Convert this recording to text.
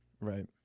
Right